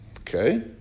Okay